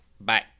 Bye